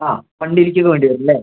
ആ വണ്ടീയിലേക്ക് ഇത് വേണ്ടി വരും അല്ലെ